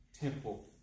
temple